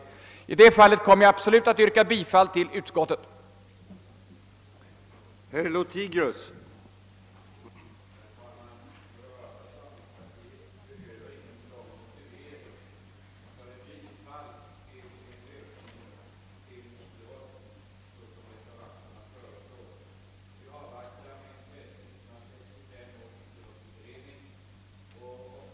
På den punkten yrkar jag bifall till utskottets hemställan.